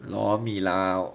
lor mee lah